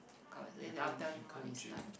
as in I will tell you more next time